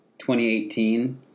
2018